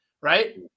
right